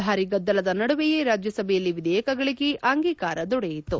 ಭಾರೀ ಗದ್ದಲದ ನಡುವೆಯೇ ರಾಜ್ಯಸಭೆಯಲ್ಲಿ ವಿಧೇಯಕಗಳಿಗೆ ಅಂಗೀಕಾರ ದೊರೆಯಿತು